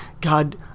God